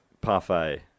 Parfait